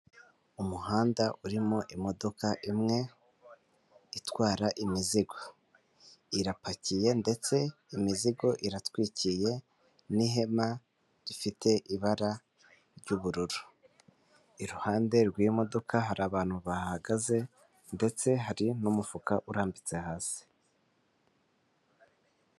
Umuhanda urimo imodoka imwe itwara imizigo, irapakiye ndetse imizigo iratwikiye n'ihema rifite ibara ry'ubururu, iruhande rw'iyo modoka hari abantu bahagaze ndetse hari n'umufuka urambitse hasi.